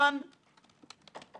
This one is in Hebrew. החלטנו בהסכמה